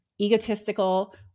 egotistical